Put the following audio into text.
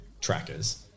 trackers